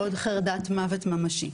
בעוד חרדת מוות ממשי.